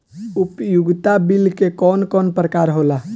उपयोगिता बिल के कवन कवन प्रकार होला?